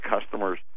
customers